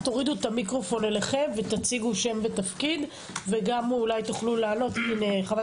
עו"ד אודיה איפרגן, לשכה משפטית, משרד